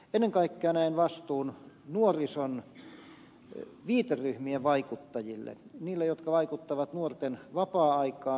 ennen kaikkea näen vastuun nuorison viiteryhmien vaikuttajille niille jotka vaikuttavat nuorten vapaa aikaan